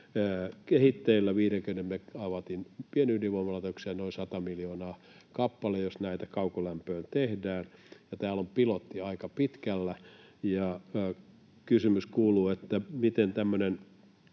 kehitteillä — 50 megawatin pienydinvoimalaitoksia, noin 100 miljoonaa kappale, jos näitä kaukolämpöön tehdään. Täällä on pilotti aika pitkällä, ja kysymys kuuluu: miten tämmöistä